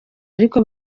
ariko